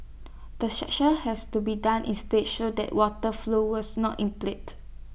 the section has to be done in stages that water flow was not